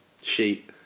sheet